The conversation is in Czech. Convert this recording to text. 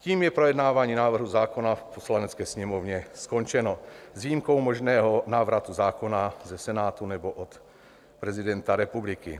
Tím je projednávání návrhu zákona v Poslanecké sněmovně skončeno, s výjimkou možného návratu zákona ze Senátu nebo od prezidenta republiky.